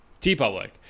t-public